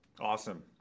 Awesome